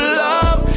love